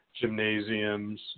gymnasiums